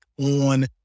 on